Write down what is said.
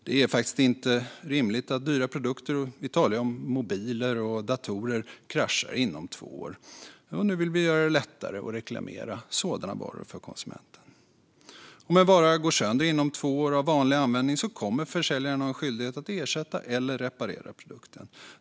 Det är inte rimligt att dyra produkter - vi talar om mobiler och datorer - kraschar inom två år. Nu vill vi göra det lättare för konsumenten att reklamera sådana varor. Om en vara går sönder inom två år av vanlig användning kommer försäljaren att ha en skyldighet att ersätta eller reparera produkten.